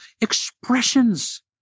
expressions